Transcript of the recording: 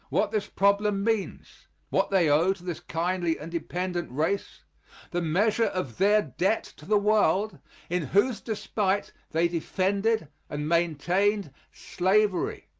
what this problem means what they owe to this kindly and dependent race the measure of their debt to the world in whose despite they defended and maintained slavery.